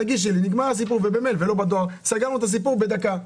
תגידי, ולא בדואר סגרנ את הסיפור בדקה.